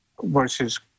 versus